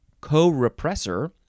co-repressor